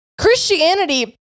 Christianity